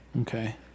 Okay